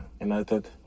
United